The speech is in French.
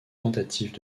tentative